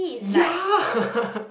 ya